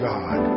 God